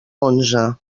onze